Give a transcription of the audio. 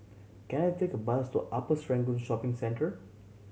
can I take a bus to Upper Serangoon Shopping Centre